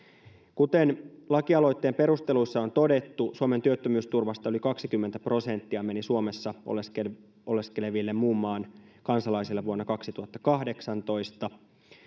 kuten lakialoitteen perusteluissa on todettu suomen työttömyysturvasta yli kaksikymmentä prosenttia meni suomessa oleskeleville muun maan kansalaisille vuonna kaksituhattakahdeksantoista